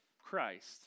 Christ